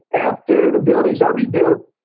after the buildings are rebuilt,